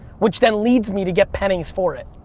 which then leads me to get pennies for it.